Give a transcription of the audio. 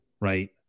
right